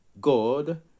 God